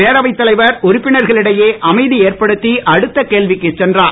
பேரவைத் தலைவர் உறுப்பினர்களிடையே அமைதி ஏற்படுத்தி அடுத்த கேள்விக்குச் சென்றார்